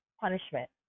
punishment